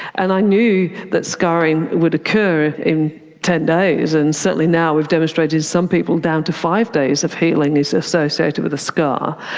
and i knew that scarring would occur in ten days, and certainly now we've demonstrated some people down to five days of healing is associated with a scar.